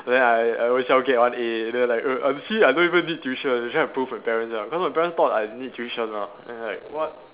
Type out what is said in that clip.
then I I always own self get one A then I like err ah you see I don't even need tuition like trying to prove my parents ah cause my parents thought I need tuition [what] then it's like what